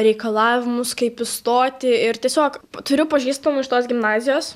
reikalavimus kaip įstoti ir tiesiog turiu pažįstamų iš tos gimnazijos